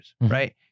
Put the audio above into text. right